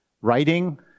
writing